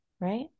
Right